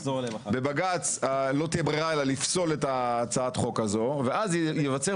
בבג"צ לא תהיה ברירה אלא לפסול את הצעת החוק הזו ואז ייווצר